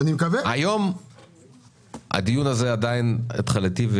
היום הדיון הזה עדיין התחלתי,